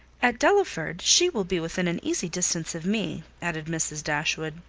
at delaford, she will be within an easy distance of me, added mrs. dashwood,